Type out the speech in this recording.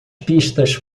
pistas